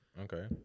Okay